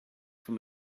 from